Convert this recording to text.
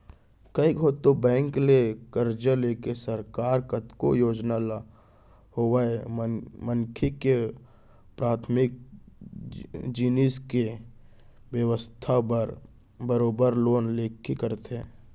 कइ घौं तो बेंक ले करजा लेके सरकार कतको योजना ल होवय मनसे के पराथमिक जिनिस के बेवस्था बर बरोबर लोन लेके करथे